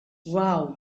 wow